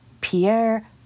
Pierre